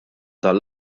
dan